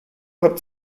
hat